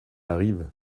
arrivent